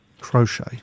Crochet